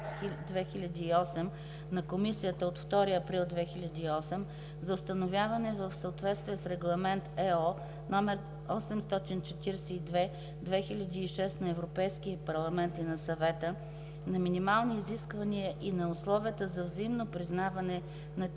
на Комисията от 2 април 2008 г. за установяване, в съответствие с Регламент (ЕО) № 842/2006 на Европейския парламент и на Съвета, на минимални изисквания и на условията за взаимно признаване на